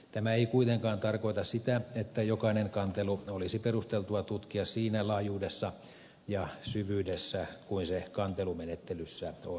tämä ei kuitenkaan tarkoita sitä että jokainen kantelu olisi perusteltua tutkia siinä laajuudessa ja syvyydessä kuin se kantelumenettelyssä on mahdollista